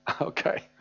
okay